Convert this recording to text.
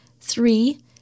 three